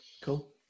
cool